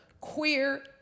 queer